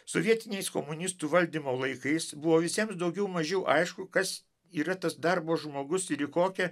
sovietiniais komunistų valdymo laikais buvo visiems daugiau mažiau aišku kas yra tas darbo žmogus ir į kokią